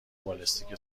بالستیک